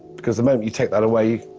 because the moment you take that way,